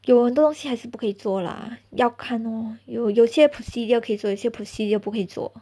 有很多东西还是不可以做 lah 要看 lor 有有些 procedure 可以做有些 procedure 不可以做